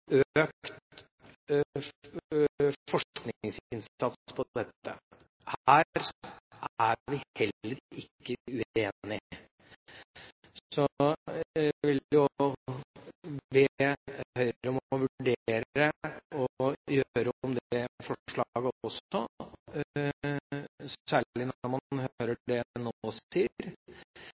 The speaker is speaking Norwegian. økt forskningsinnsats på dette. Her er vi heller ikke uenige. Så jeg vil be Høyre om å vurdere å gjøre om det forslaget også, særlig når man hører det